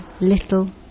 little